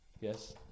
Yes